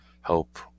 help